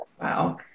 Wow